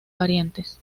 parientes